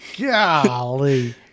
golly